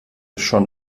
schon